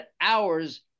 hours